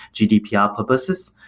gdpr purposes.